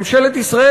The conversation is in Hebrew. ממשלת ישראל,